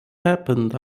happened